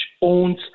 owns